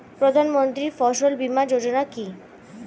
প্রধানমন্ত্রী ফসল বীমা যোজনা কি?